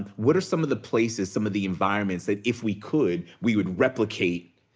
what are some of the places, some of the environments, that if we could, we would replicate